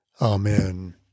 Amen